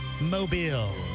Mobile